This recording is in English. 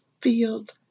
field